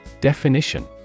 Definition